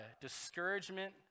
discouragement